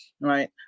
right